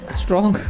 strong